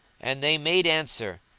and they made answer,